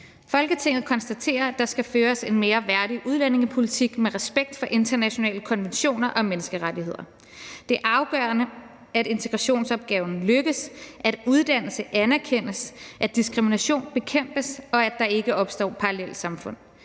»Folketinget konstaterer, at der skal føres en mere værdig udlændingepolitik med respekt for internationale konventioner og menneskerettigheder. Det er afgørende, at integrationsopgaven lykkes, at uddannelse anerkendes, at diskrimination bekæmpes, og at der ikke opstår parallelsamfund.